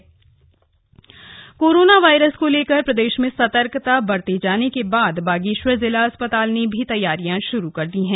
corona virus corona virus को लेकर प्रदेश में सतर्कता बरते जाने के बाद बागेश्वर जिला अस्पताल ने भी तैयारियां शुरू कर दी हैं